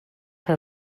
her